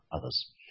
others